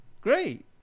Great